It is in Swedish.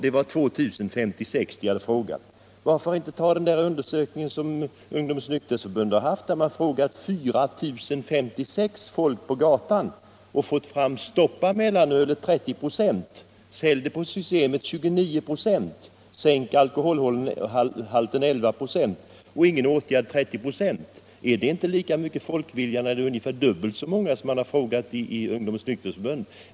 Det var 2 056 människor som tillfrågades. Varför inte i stället ta den undersökning som Ungdomens nykterhetsförbund har gjort och där man frågade 4 056 människor på gatan och fått fram följande siffror: Är det inte lika mycket folkvilja? Det är ju ungefär dubbelt så många som tillfrågats av Ungdomens nykterhetsförbund.